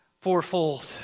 fourfold